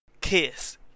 Kiss